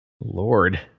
Lord